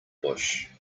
bush